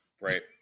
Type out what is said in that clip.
right